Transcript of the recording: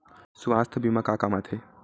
सुवास्थ बीमा का काम आ थे?